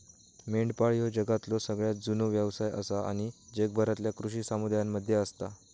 मेंढपाळ ह्यो जगातलो सगळ्यात जुनो व्यवसाय आसा आणि जगभरातल्या कृषी समुदायांमध्ये असता